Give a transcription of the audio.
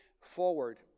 forward